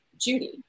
Judy